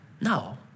No